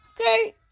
Okay